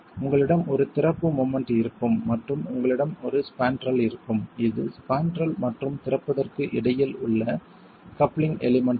உங்களிடம் ஒரு திறப்பு மொமெண்ட் இருக்கும் மற்றும் உங்களிடம் ஒரு ஸ்பாண்ட்ரல் இருக்கும் இது ஸ்பாண்ட்ரல் மற்றும் திறப்பதற்கு இடையில் உள்ள கப்ளிங்க் எலிமெண்ட் ஆகும்